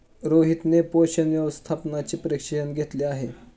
रोहितने पोषण व्यवस्थापनाचे प्रशिक्षण घेतले आहे